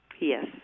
Yes